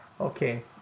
Okay